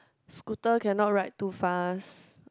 scooter cannot ride too fast